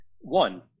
one